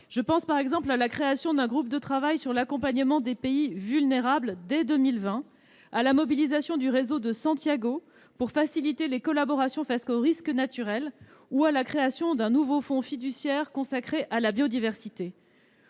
Je pense, par exemple, à la création d'un groupe de travail sur l'accompagnement des pays vulnérables dès 2020, à la mobilisation du réseau de Santiago pour faciliter les collaborations face aux risques naturels ou à la création d'un nouveau fonds fiduciaire consacré à la biodiversité.